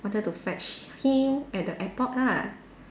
wanted to fetch him at the airport lah